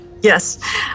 yes